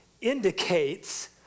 indicates